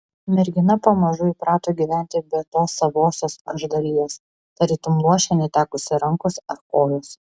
mergina pamažu įprato gyventi be tos savosios aš dalies tarytum luošė netekusi rankos ar kojos